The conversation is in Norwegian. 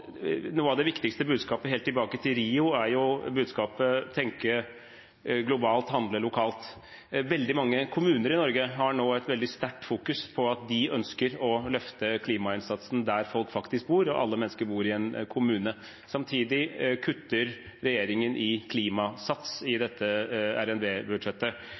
Noe av det viktigste, helt tilbake til Rio, er budskapet om å tenke globalt, handle lokalt. Veldig mange kommuner i Norge har nå et veldig sterkt fokus på at de ønsker å løfte klimainnsatsen der folk faktisk bor, og alle mennesker bor i en kommune. Samtidig kutter regjeringen i Klimasats i